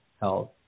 health